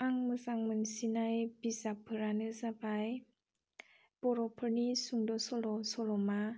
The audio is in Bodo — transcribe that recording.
आं मोजां मोनसिननाय बिजाबफोरानो जाबाय बर'फोरनि सुंद' सल' सल'मा